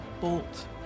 bolt